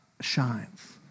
shines